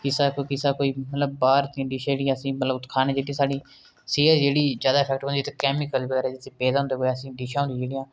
किसै किसै कोई मतलब बाह्र दी डिश जेह्ड़ी असें गी मतलब कि खाने गी जेह्की साढ़ी सेह्त जेह्ड़ी जैदा इफैक्ट पांदी केमिकल बगैरा इसदे च पेदा होंदा ऐसी डिशां होंदियां जेह्कियां